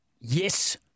Yes